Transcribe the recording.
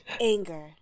anger